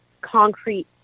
concrete